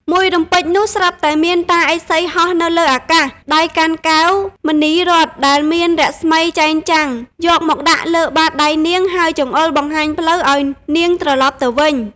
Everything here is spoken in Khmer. មួយរំពេចនោះ ស្រាប់តែ មានតាឥសីហោះនៅលើអាកាស ដៃកាន់កែវ មណីរត្នដែលមានរស្មីចែងចាំង យកមកដាក់លើបាតដៃនាង ហើយចង្អុល បង្ហាញផ្លូវ ឱ្យនាងត្រឡប់ទៅវិញ ។